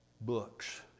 books